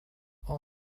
all